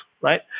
right